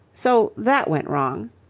so that went wrong.